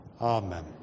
Amen